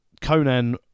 Conan